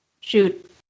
Shoot